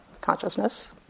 consciousness